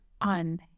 on